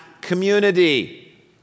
community